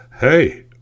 hey